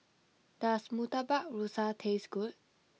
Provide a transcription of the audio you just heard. does Murtabak Rusa taste good